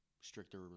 stricter